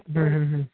ਹੂੰ ਹੂੰ ਹੂੰ